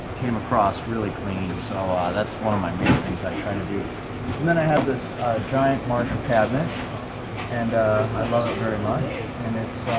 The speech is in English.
came across really clean so ah that's one of my main things i try to do and then i have this giant marshall cabinet and i love it very much and it's